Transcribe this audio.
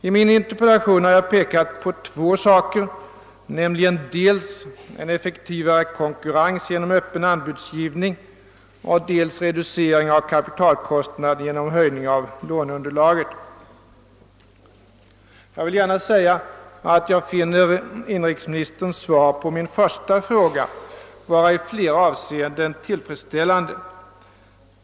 I min interpellation har jag velat peka på två saker, nämligen dels en effektivare konkurrens genom öppen anbudsgivning, dels reducering av kapitalkostnaderna genom höjning av låneunderlaget. Jag vill gärna säga att jag finner inrikesministerns svar på min första fråga vara i flera avseenden tillfredsställande.